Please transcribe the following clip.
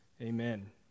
Amen